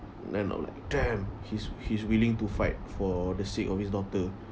then like damn he's he's willing to fight for the sake of his daughter